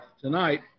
tonight